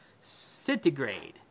centigrade